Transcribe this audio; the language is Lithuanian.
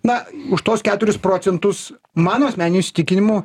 na už tuos keturis procentus mano asmeniniu įsitikinimu